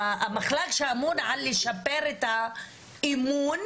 המחלק שאמון על לשפר את האמון,